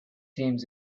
teams